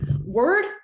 word